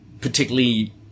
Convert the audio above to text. particularly